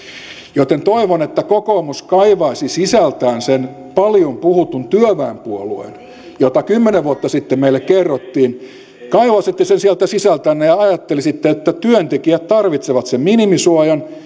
joten toivon että kokoomus kaivaisi sisältään sen paljon puhutun työväenpuolueen josta kymmenen vuotta sitten meille kerrottiin kaivaisitte sen sieltä sisältänne ja ajattelisitte että työntekijät tarvitsevat sen minimisuojan